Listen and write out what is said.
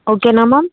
ఓకేనా మ్యామ్